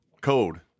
code